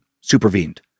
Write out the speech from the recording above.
supervened